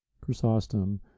Chrysostom